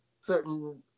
certain